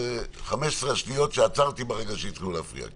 15 השניות שעצרתי ברגע שהתחילו להפריע לו.